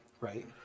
right